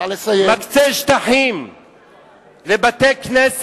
מקצה שטחים לבתי-כנסת